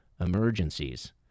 emergencies